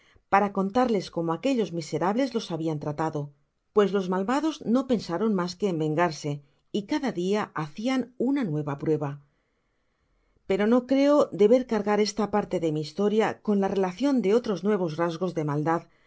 para contarles como aquellos miserables los habian tratado pues los malvados no pensaron mas que en vengarse y cada dia hacían una nueva prueba pero no creo deber cargar esta parte de mi historia con la relacion de otros nuevos rasgos de maldad